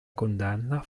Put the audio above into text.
condanna